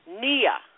NIA